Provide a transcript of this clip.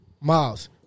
Miles